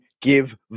give